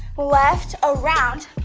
left, around.